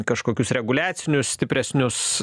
kažkokius reguliacinius stipresnius